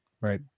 Right